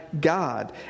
God